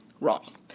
Wrong